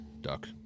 duck